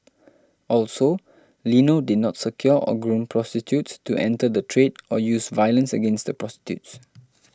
also Lino did not secure or groom prostitutes to enter the trade or use violence against the prostitutes